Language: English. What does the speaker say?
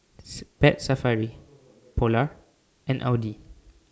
Pet Safari Polar and Audi